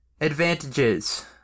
advantages